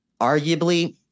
Arguably –